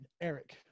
eric